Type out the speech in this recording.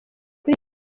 kuri